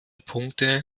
punkte